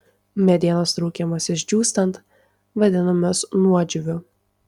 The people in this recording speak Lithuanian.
medienos traukimasis džiūstant vadinamas nuodžiūviu